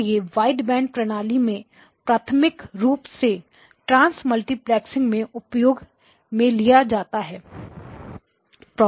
और यह वाइडबैंड प्रणाली में प्राथमिक रूप से ट्रांसमल्टीप्लेक्सिंग में उपयोग में लिए जाते हैं